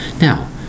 Now